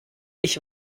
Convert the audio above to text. ich